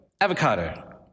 avocado